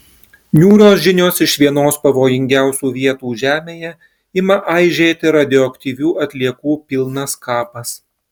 niūrios žinios iš vienos pavojingiausių vietų žemėje ima aižėti radioaktyvių atliekų pilnas kapas